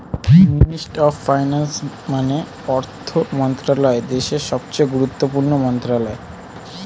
ministry of finance মানে অর্থ মন্ত্রণালয় দেশের সবচেয়ে গুরুত্বপূর্ণ মন্ত্রণালয়